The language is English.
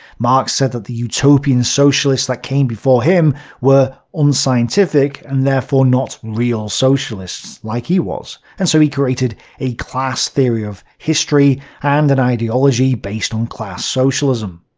marx said that the utopian socialists that came before him were unscientific and therefore not real socialists, like he was. and so he created a class-theory of history, and an ideology based on class-socialism.